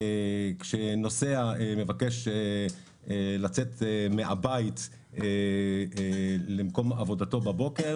כשנוסע מבקש לצאת מהבית למקום עבודתו בבוקר,